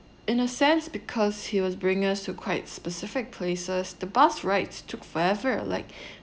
in a sense because he was bringing us to quite specific places the bus rides took forever like